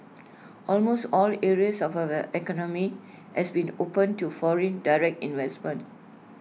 almost all areas of our economy has been opened to foreign direct investment